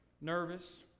nervous